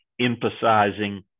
emphasizing